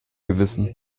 gewissen